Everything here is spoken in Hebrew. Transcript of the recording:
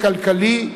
והכלכלי.